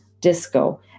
disco